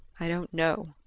i don't know.